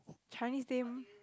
Chinese name